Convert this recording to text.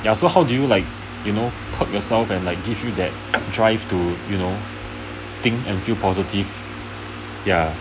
ya so how do you like you know put yourself and like give you that drive to you know think and feel positive ya